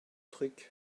trucs